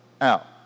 out